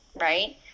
right